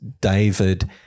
David –